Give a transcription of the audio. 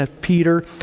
Peter